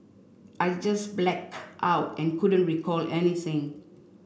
I just black out and couldn't recall anything